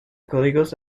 códigos